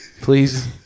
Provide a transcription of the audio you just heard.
Please